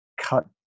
cut